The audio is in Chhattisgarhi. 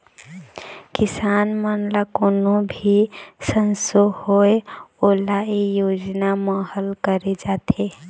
किसान मन ल कोनो भी संसो होए ओला ए योजना म हल करे जाथे